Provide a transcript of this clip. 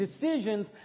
decisions